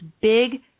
big